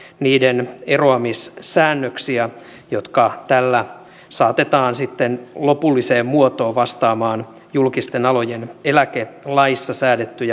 niiden eroamissäännöksiä jotka tällä saatetaan sitten lopulliseen muotoon vastaamaan julkisten alojen eläkelaissa säädettyä